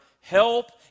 help